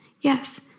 Yes